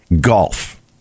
golf